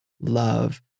love